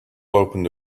opened